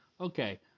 Okay